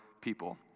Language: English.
people